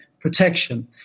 protection